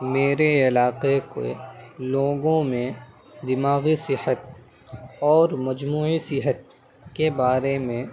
میرے علاقے کے لوگوں میں دماغی صحت اور مجموعی صحت کے بارے میں